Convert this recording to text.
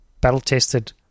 battle-tested